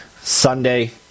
Sunday